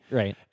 right